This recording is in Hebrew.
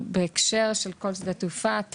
ובהקשר של כל שדה תעופה,